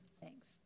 Thanks